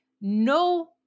no